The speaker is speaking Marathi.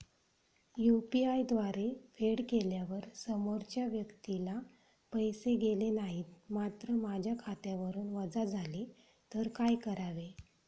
यु.पी.आय द्वारे फेड केल्यावर समोरच्या व्यक्तीला पैसे गेले नाहीत मात्र माझ्या खात्यावरून वजा झाले तर काय करावे?